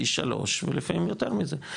פי שלוש ולפעמים יותר מזה.